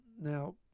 Now